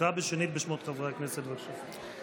קרא שנית בשמות חברי הכנסת, בבקשה.